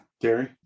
Gary